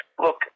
Look